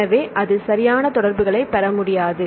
எனவே அது சரியான தொடர்புகளைப் பெற முடியாது